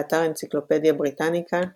באתר אנציקלופדיה בריטניקה ניהיליזם,